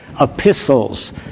epistles